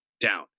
down